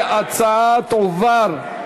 התשע"ה 2015,